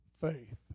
faith